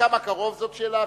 כמה קרוב זאת שאלה אחרת,